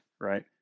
right